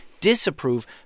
disapprove